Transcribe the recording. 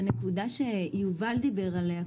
הנקודה שיובל טלר דיבר עליה.